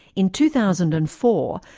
in two thousand and four,